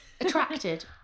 Attracted